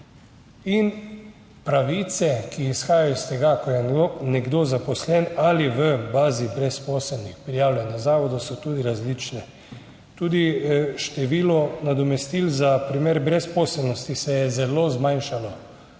Pravice, ki izhajajo iz tega, ko je nekdo zaposlen ali v bazi brezposelnih, prijavljen na zavodu, so tudi različne. Tudi število nadomestil za primer brezposelnosti se je zelo zmanjšalo